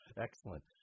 Excellent